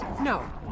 No